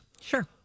Sure